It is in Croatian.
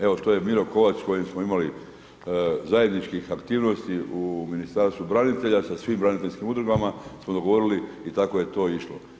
Evo što je Miro Kovač s kojim smo imali zajedničkih aktivnosti u Ministarstvu branitelja, sa svim braniteljskim udrugama smo dogovorili i tako je to išlo.